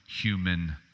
human